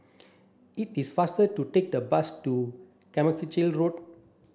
it is faster to take the bus to Carmichael Road